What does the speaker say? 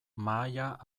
mahaia